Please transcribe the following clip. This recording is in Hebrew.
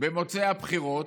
במוצאי הבחירות,